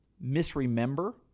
misremember